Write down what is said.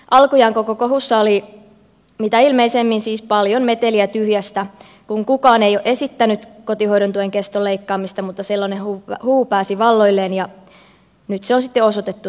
alkujaan koko kohussa oli mitä ilmeisimmin siis paljon meteliä tyhjästä kun kukaan ei ole esittänyt kotihoidon tuen keston leikkaamista mutta sellainen huhu pääsi valloilleen ja nyt se on sitten osoitettu turhaksi